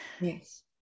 Yes